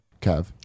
Kev